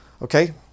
Okay